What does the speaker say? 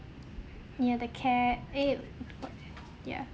near the cat eh err yeah